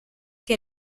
que